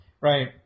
Right